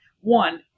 one